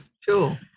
Sure